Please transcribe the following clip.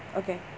okay